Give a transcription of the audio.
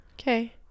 Okay